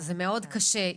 זה מאוד קשה,